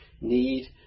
need